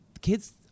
Kids